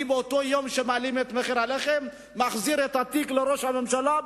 באותו יום שהיו מעלים את מחיר הלחם הייתי מחזיר את התיק לראש הממשלה.